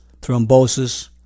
thrombosis